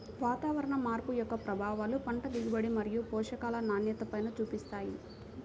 వాతావరణ మార్పు యొక్క ప్రభావాలు పంట దిగుబడి మరియు పోషకాల నాణ్యతపైన చూపిస్తాయి